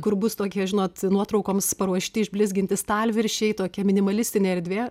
kur bus tokie žinot nuotraukoms paruošti išblizginti stalviršiai tokia minimalistinė erdvė